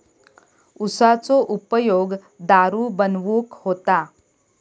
उसाचो उपयोग दारू बनवूक होता